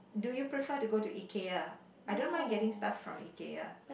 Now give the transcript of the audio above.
do you prefer to go to Ikea I don't mind getting stuff from Ikea